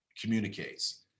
communicates